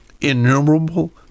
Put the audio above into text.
innumerable